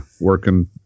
working